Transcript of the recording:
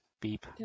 beep